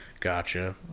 Gotcha